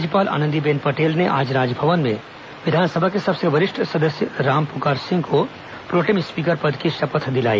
राज्यपाल आनंदीबेन पटेल ने आज राजभवन में विधानसभा के सबसे वरिष्ठ सदस्य रामपुकार सिंह को प्रोटेम स्पीकर पद की शपथ दिलाई